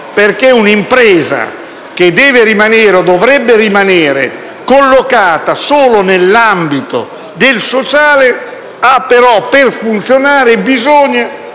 perché un'impresa, che deve o dovrebbe rimanere collocata solo nell'ambito del sociale, per funzionare ha bisogno